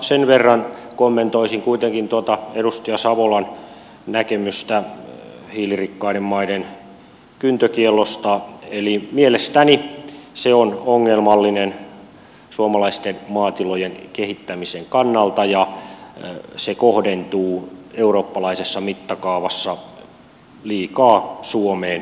sen verran kommentoisin kuitenkin tuota edustaja savolan näkemystä hiilirikkaiden maiden kyntökiellosta että mielestäni se on ongelmallinen suomalaisten maatilojen kehittämisen kannalta ja se kohdentuu eurooppalaisessa mittakaavassa liikaa suomeen